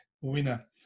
winner